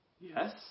Yes